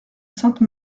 sainte